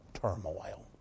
turmoil